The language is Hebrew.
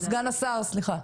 סגן השר, סליחה.